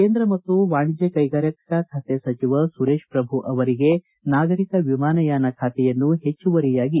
ಕೇಂದ್ರ ಮತ್ತು ವಾಣಿಜ್ಞ ಕೈಗಾರಿಕಾ ಖಾತೆ ಸಚಿವ ಸುರೇಶಪ್ರಭು ಅವರಿಗೆ ನಾಗರಿಕ ವಿಮಾನಯಾನ ಖಾತೆಯನ್ನು ಹೆಚ್ಚುವರಿಯಾಗಿ ನೀಡಲಾಗಿದೆ